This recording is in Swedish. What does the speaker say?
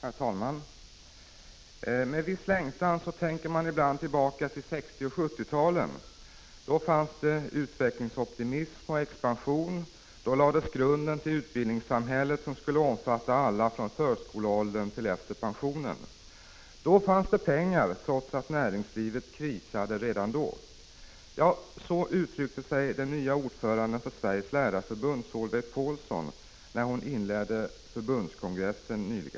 Herr talman! Med viss längtan tänker man ibland tillbaka på 1960 och 1970-talen. Då fanns det en utvecklingsoptimism och expansion. Då lades grunden till utbildningssamhället som skulle omfatta alla, från förskoleåldern och till efter pensionen. Då fanns det pengar, trots att näringslivet redan krisade. Ja, så uttryckte sig den nya ordföranden för Sveriges lärarförbund, Solveig Paulsson, när hon nyligen inledde förbundets kongress.